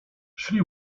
szli